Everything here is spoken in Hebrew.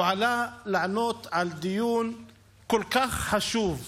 הוא עלה לענות על דיון כל כך חשוב,